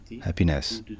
happiness